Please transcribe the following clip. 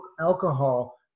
alcohol